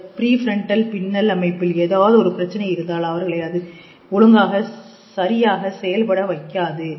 இந்த ப்ரீப்ரண்ட்டல் பின்னல் அமைப்பில் ஏதாவது ஒரு பிரச்சினை இருந்தால் அவர்களை அது ஒழுங்காக சரிப்பட செயல்பட வைக்காது